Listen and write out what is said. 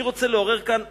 אני רוצה לעורר כאן הפגנה,